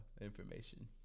information